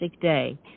day